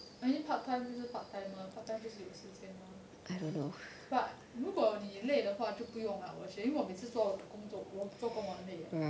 any part time 就是 part timer part time 就是有时间 mah but 如果你累的话就不用啦因为我每次做工作我做工我很累 hua jiu bu yong la yin wei wo mei ci gong zuo gong zuo wo zuo gong wo hen lei